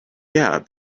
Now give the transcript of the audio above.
yeah